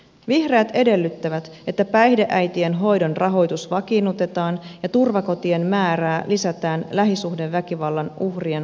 vihreät edellyttävät että päihdeäitien hoidon rahoitus vakiinnutetaan ja turvakotien määrää lisätään lähisuhdeväkivallan uhrien auttamiseksi